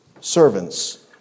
servants